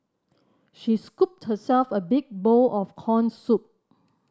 she scooped herself a big bowl of corn soup